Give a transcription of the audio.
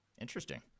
Interesting